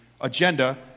agenda